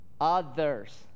others